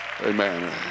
Amen